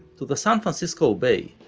to the san francisco bay,